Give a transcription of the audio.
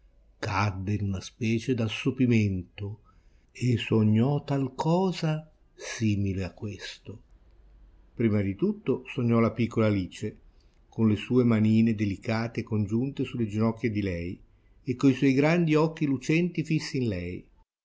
cadde in una specie d'assopimento e sognò talcosa simile a questo prima di tutto sognò la piccola alice con le sue manine delicate e congiunte sulle ginocchia di lei e co suoi grandi occhi lucenti fissi in lei